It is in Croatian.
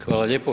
Hvala lijepo.